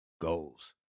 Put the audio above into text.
goals